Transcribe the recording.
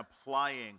applying